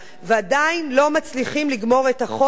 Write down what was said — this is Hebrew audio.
ועדיין לא מצליחים לגמור את החודש,